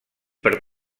per